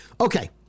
Okay